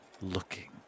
looking